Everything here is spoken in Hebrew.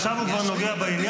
עכשיו הוא כבר נוגע בעניין,